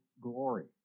glory